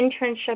internship